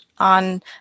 On